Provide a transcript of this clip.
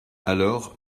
alors